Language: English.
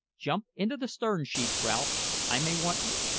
jump into the stern-sheets, ralph i may want you.